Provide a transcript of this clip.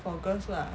for girls lah